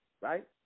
right